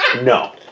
no